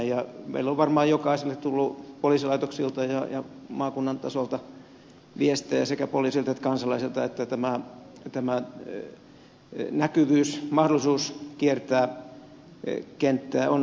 meille on varmaan jokaiselle tullut poliisilaitoksilta ja maakunnan tasolta viestejä sekä poliiseilta että kansalaisilta että tämä näkyvyys mahdollisuus kiertää kenttää on heikentynyt